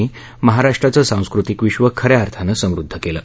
नी महाराष्ट्राचं सांस्कृतिक विश्व खऱ्या अर्थानं समृद्ध केलं